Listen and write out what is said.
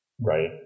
Right